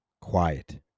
quiet